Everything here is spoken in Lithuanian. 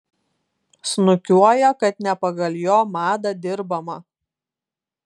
snukiuoja kad ne pagal jo madą dirbama